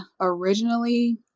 originally